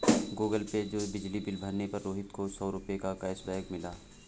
Google Pay से बिजली bill भरने पर रोहित को सौ रूपए का कैशबैक मिला